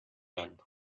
vän